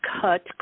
cut